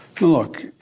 Look